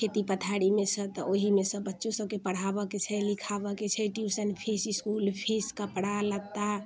खेती पथारीमेसँ तऽ ओहिमेसँ बच्चो सभकेँ पढ़ाबऽ के छै लिखाबऽ के छै ट्यूशन फीस इसकूल फीस कपड़ा लत्ता